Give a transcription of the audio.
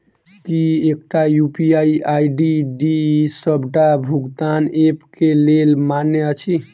की एकटा UPI ID डी सबटा भुगतान ऐप केँ लेल मान्य अछि?